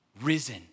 risen